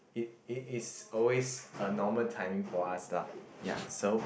it it is always a normal timing for us lah ya so